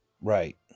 Right